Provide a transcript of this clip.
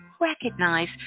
recognize